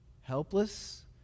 helpless